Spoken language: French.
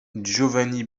giovanni